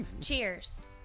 Cheers